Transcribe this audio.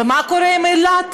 ומה קורה עם אילת?